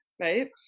right